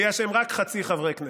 בגלל שהם רק חצי מחברי כנסת.